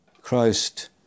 Christ